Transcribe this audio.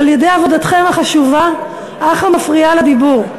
על-ידי עבודתכם החשובה אך המפריעה לדיבור.